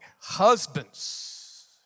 Husbands